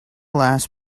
last